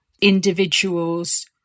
individuals